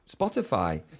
Spotify